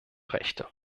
rechte